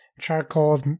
charcoal